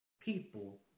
people